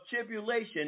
tribulation